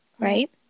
Right